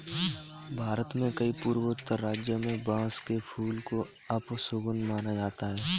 भारत के कई पूर्वोत्तर राज्यों में बांस के फूल को अपशगुन माना जाता है